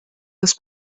das